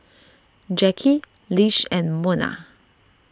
Jacki Lish and Monna